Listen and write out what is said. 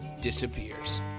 disappears